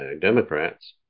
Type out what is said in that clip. Democrats